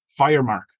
Firemark